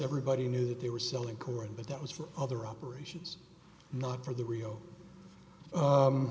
everybody knew that they were selling corn but that was for other operations not for the real